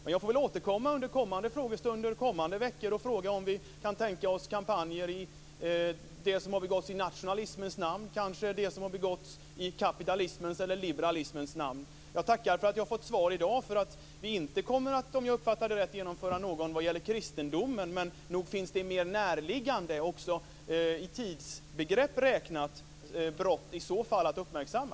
Jag får väl återkomma under kommande frågestunder med frågan om det är tänkbart att genomföra kampanjer om det som har begåtts i nationalismens namn och kanske en del som har begåtts i kapitalismens eller liberalismens namn. Jag tackar för att jag har fått svar i dag om att vi, om jag uppfattade det rätt, inte kommer att genomföra någon kampanj vad gäller kristendomen. Men nog finns det i tid räknat mer näraliggande brott att uppmärksamma.